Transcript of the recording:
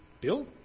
Bill